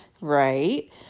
right